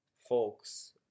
folks